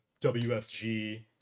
WSG